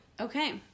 Okay